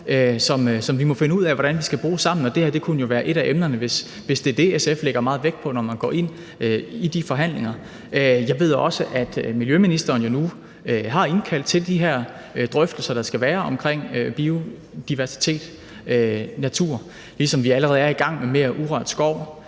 som vi må finde ud af hvordan vi sammen skal bruge. Det her kunne jo være et af emnerne, hvis det er det, SF lægger meget vægt på, når man går ind i de forhandlinger. Jeg ved også, at miljøministeren jo nu har indkaldt til de her drøftelser, der skal være om biodiversitet og natur, ligesom vi allerede er i gang med mere urørt skov.